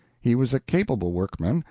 he was a capable workman,